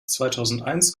zweitausendeins